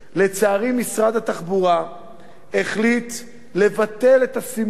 לצערי, משרד התחבורה החליט לבטל את הסימון